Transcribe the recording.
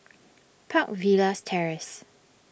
Park Villas Terrace